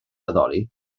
addoli